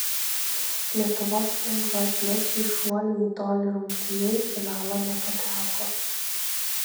lietuvos lengvaatlečiai šuolių į tolį rungtyje į finalą nepateko